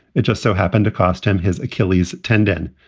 it just so happened to cost him his achilles tendon.